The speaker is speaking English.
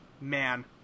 Man